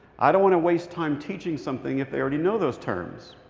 i don't want to waste time teaching something if they already know those terms.